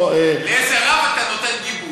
לאיזה רב אתה נותן גיבוי,